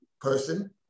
person